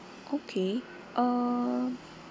okay uh